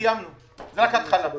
שסיימנו זו רק ההתחלה.